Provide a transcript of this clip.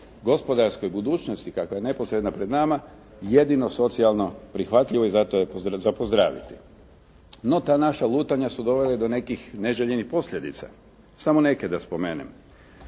gospodarskoj budućnosti kakva je neposredna pred nama, jedino socijalno prihvatljivo i zato je za pozdraviti. No, ta naša lutanja su dovele do nekih neželjenih posljedica. Samo neke da spomenem.